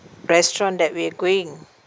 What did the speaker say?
restaurant that we're going